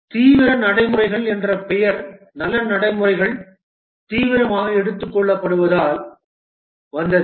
தீவிர நடைமுறைகள் என்ற பெயர் நல்ல நடைமுறைகள் தீவிரமாக எடுத்துக் கொள்ளப்படுவதால் வந்தது